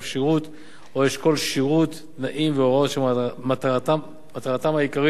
שירות או אשכול שירות תנאים והוראות שמטרתם העיקרית